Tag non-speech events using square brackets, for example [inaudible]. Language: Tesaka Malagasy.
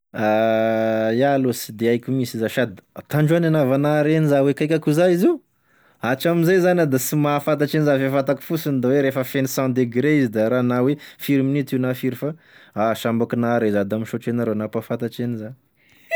[hesitation] Iaho aloa sy de haiko minsy za sady tandroany ena vo nahare aniza kaiky akoiza izy io atramizay zany aho da sy mahafantatry aniza fa e fantako fosiny da hoe rehefa feno cent degre izy da ra na hoe firy minitry na firy fa ah sambako nahare iza da misaotry anareo nampahafantatry aniza.